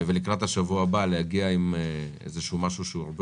אני מבקש שלקראת השבוע הבא תגיעו עם משהו הרבה